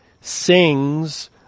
sings